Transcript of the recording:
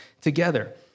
together